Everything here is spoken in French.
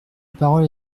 parole